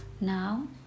Now